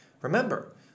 Remember